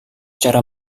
cara